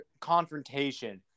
Confrontation